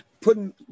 putting